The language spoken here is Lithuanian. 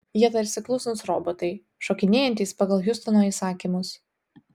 jie tarsi klusnūs robotai šokinėjantys pagal hiustono įsakymus